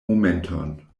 momenton